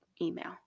email